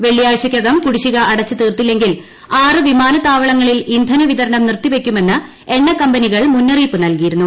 വെള്ളിയാഴ്ചയ്ക്കകം കുടിശ്ശിക അടച്ച് തീർത്തില്ലെങ്കിൽ വിമാനത്താവളങ്ങളിൽ ഇന്ധന വിതരണം നിർത്തിവയ്ക്കുമെന്ന് എണ്ണ കമ്പനികൾ മുന്നറിയിപ്പ് നൽകിയിരുന്നു